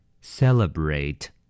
Celebrate